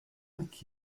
thank